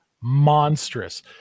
monstrous